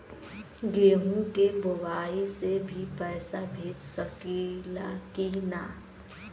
केहू के मोवाईल से भी पैसा भेज सकीला की ना?